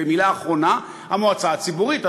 במילה אחרונה, המועצה הציבורית.